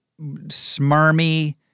smarmy